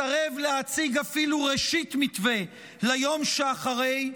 מסרב להציג אפילו ראשית מתווה ליום שאחרי,